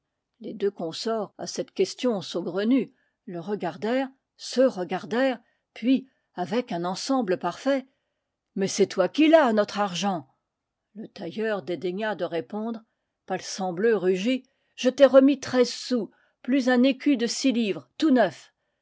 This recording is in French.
les deux consorts à cette question saugrenue le regar dèrent se regardèrent puis avec un ensemble parfait mais c'est toi qui l'as notre argent le tailleur dédaigna de répondre palsambleu rugit je t'ai remis treize sous plus un écu de six livres tout neuf